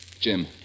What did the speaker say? Jim